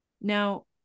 Now